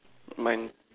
my